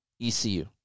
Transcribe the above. ECU